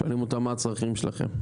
שואלים אותם מה הצרכים שלכם,